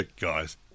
guys